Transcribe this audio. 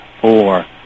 four